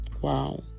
Wow